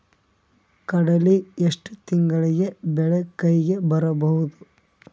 ಕಡಲಿ ಎಷ್ಟು ತಿಂಗಳಿಗೆ ಬೆಳೆ ಕೈಗೆ ಬರಬಹುದು?